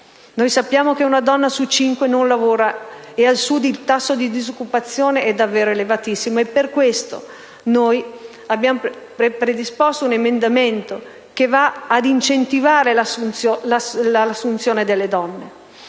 Sappiamo che una donna su cinque non lavora, e al Sud il tasso di disoccupazione è davvero elevatissimo. Per questo abbiamo predisposto un emendamento che va ad incentivare l'assunzione delle donne.